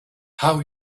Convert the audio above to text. how